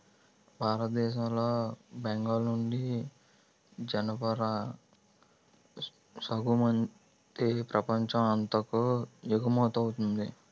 భారతదేశం లో బెంగాల్ నుండి జనపనార సాగుమతి ప్రపంచం అంతాకు ఎగువమౌతుంది